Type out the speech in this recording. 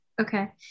okay